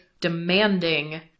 demanding